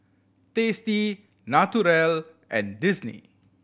Tasty Naturel and Disney